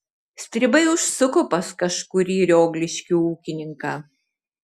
stribai užsuko pas kažkurį riogliškių ūkininką